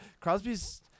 Crosby's